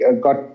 got